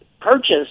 purchase